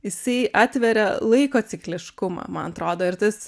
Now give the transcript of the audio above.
jisai atveria laiko cikliškumą man atrodo ir tas